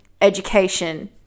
education